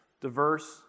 diverse